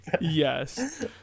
Yes